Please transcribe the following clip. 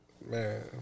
man